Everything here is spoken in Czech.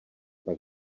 pak